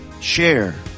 Share